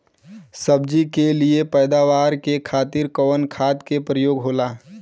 सब्जी के लिए पैदावार के खातिर कवन खाद के प्रयोग होला?